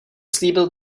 slíbil